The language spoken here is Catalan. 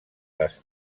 les